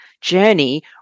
journey